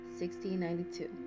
1692